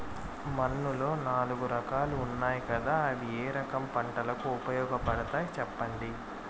మన్నులో నాలుగు రకాలు ఉన్నాయి కదా అవి ఏ రకం పంటలకు ఉపయోగపడతాయి చెప్పండి?